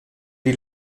die